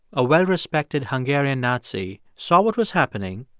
a well-respected hungarian nazi, saw what was happening,